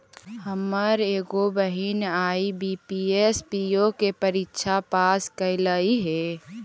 हमर एगो बहिन आई.बी.पी.एस, पी.ओ के परीक्षा पास कयलइ हे